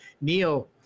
Neil